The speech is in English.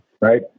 right